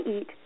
eat